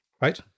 right